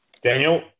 Daniel